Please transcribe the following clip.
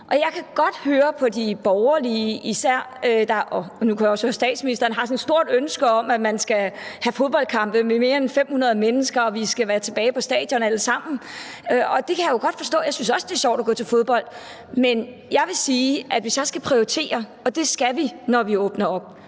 – at de har sådan et stort ønske om, at man skal have fodboldkampe med mere end 500 mennesker, og vi skal være tilbage på stadion alle sammen. Og det kan jeg jo godt forstå; jeg synes også, det er sjovt at gå til fodbold. Men jeg vil sige, at hvis jeg skal prioritere, og det skal vi, når vi åbner op,